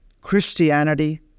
Christianity